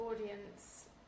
audience